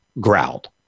growled